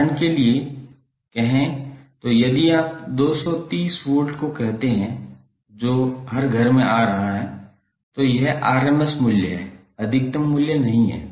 उदाहरण के लिए कहें तो यदि आप 230 वोल्ट को देखते हैं जो हर घर में आ रहा है तो यह rms मूल्य है अधिकतम मूल्य नहीं है